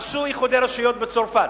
עשו איחודי רשויות בצרפת,